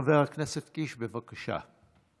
חבר הכנסת קיש, בבקשה.